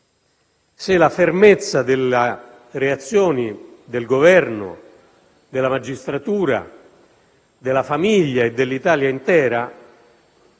se la fermezza della reazione del Governo, della magistratura, della famiglia e dell'Italia intera